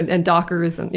and and dockers, and,